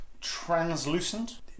translucent